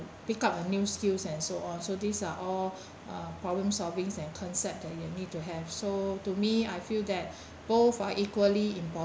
pick up a new skills and so on so these are all uh problem solvings and concept that you'll need to have so to me I feel that both are equally important